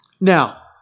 Now